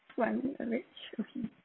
one beverage okay